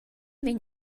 vegn